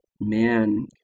man